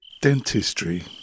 Dentistry